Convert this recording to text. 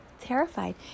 Terrified